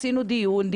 עשינו דיון,